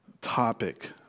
topic